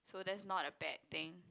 so that's not a bad thing